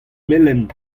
melen